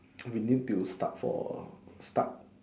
we need to start for start